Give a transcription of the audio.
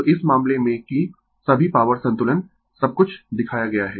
तो इस मामले में कि सभी पॉवर संतुलन सब कुछ दिखाया गया है